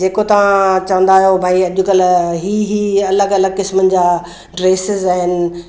जेको तां चवंदा आहियो भई अॼुकल्ह हीअ हीअ अलॻि अलॻि क़िस्मन जा ड्रेसिस आहिनि